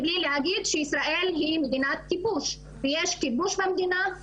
מבלי להגיד שישראל היא מדינת כיבוש ויש כיבוש במדינה,